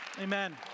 Amen